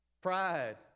Pride